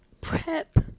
Prep